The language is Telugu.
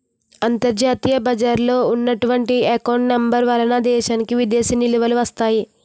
అంతర్జాతీయ బజారులో ఉన్నటువంటి ఎకౌంట్ నెంబర్ వలన దేశానికి విదేశీ నిలువలు వస్తాయి